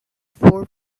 for